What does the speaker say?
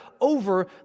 over